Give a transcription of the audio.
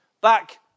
back